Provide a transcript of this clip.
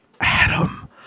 Adam